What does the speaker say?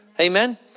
Amen